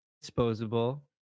disposable